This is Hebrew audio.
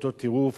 באותו טירוף